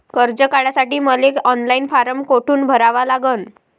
कर्ज काढासाठी मले ऑनलाईन फारम कोठून भरावा लागन?